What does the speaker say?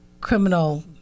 criminal